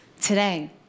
today